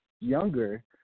younger